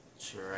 Sure